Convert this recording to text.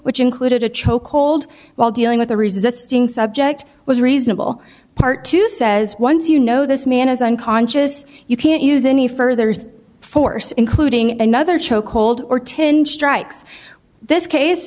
which included a choke hold while dealing with the resisting subject was reasonable part two says once you know this man is unconscious you can't use any further force including another choke hold or ten strikes this case